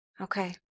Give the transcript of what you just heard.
Okay